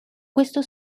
questo